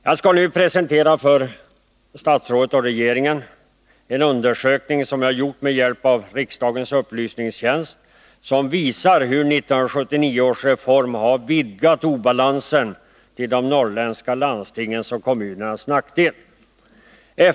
Jag skall nu presentera för statsrådet och regeringen en undersökning som Nr 38 jag gjort med hjälp av riksdagens upplysningstjänst och som visar hur 1979 Fredagen den års reform har vidgat obalansen till de norrländska landstingens och 27 november 1981 kommunernas nackdel.